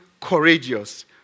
courageous